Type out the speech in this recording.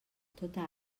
tota